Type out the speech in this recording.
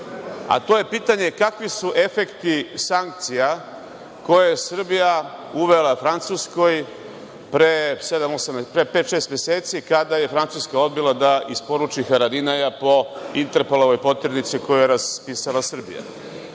a to je – kakvi su efekti sankcija koje je Srbija uvela Francuskoj pre pet-šest meseci, kada je Francuska odbila da isporuči Haradinaja po Interpolovoj poternici koju je raspisala Srbija? Da